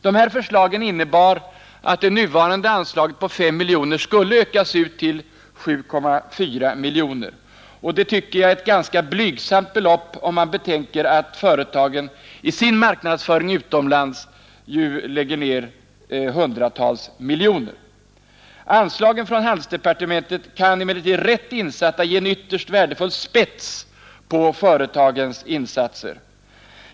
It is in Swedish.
De här förslagen innebär att det nuvarande anslaget på 5 miljoner kronor skulle ökas till 7,4 miljoner kronor, och det tycker jag är ganska blygsamt belopp, om man betänker att företagen i sin marknadsföring utomlands ju lägger ned hundratals miljoner. Anslagen från handelsdepartementet kan emellertid rätt insatta ge en ytterst värdefull spets på företagens insatser.